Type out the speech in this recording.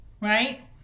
Right